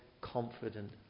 confident